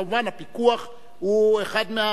וכמובן שהפיקוח הוא אחד,